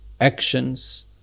actions